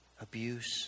abuse